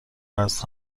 وزن